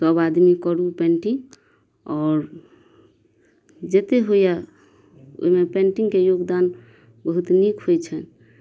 सब आदमी करू पेंटिंग आओर जते होइया ओहिमे पेंटिंगके योगदान बहुत नीक होइ छनि